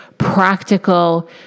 Practical